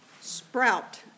sprout